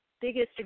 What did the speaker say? biggest